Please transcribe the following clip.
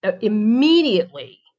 immediately